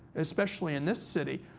especially in this city,